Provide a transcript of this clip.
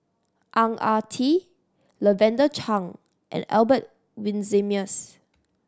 Ang Ah Tee Lavender Chang and Albert Winsemius